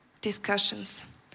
discussions